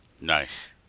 Nice